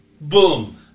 boom